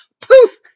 poof